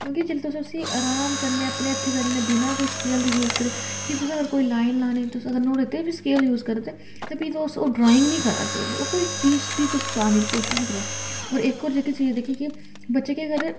क्योंकि जेल्लै तुसें रहाम कन्नै अपने हत्थें कन्नै बिना कोई स्केल दे यूज़ करा दे ओ की अगर तुसें कोई लाईन लानी नुहाड़े गितै बी स्केल यूज़ करदे ते भी तुस ओह् ड्राइंग निं करा दे ओ की ओह् भी तुस कोई चीज पाने दी कोशिश निं करा दे ओ ते इक होर जेह्की चीज दिक्खी की बच्चे केह् करदे